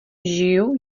žiju